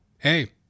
Hey